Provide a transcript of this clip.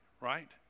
right